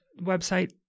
website